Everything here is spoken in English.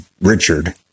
Richard